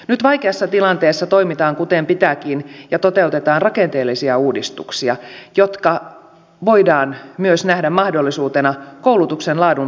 nyt vaikeassa tilanteessa toimitaan kuten pitääkin ja toteutetaan rakenteellisia uudistuksia jotka voidaan myös nähdä mahdollisuutena koulutuksen laadun parantamiseen